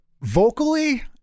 Vocally